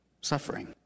Suffering